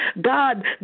God